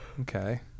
Okay